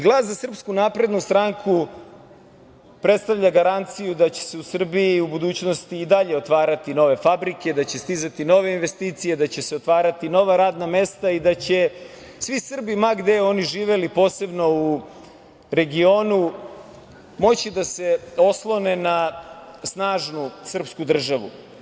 Glas za Srpsku naprednu stranku predstavlja garanciju da će se u Srbiji u budućnosti i dalje otvarati nove fabrike, da će stizati nove investicije, da će se otvarati nova radna mesta i da će svi Srbi, ma gde oni živeli, posebno u regionu, moći da se oslone na snažnu srpsku državu.